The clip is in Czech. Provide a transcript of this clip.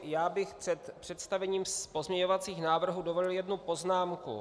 Já bych si před představením pozměňovacích návrhů dovolil jednu poznámku.